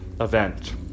event